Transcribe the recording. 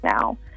now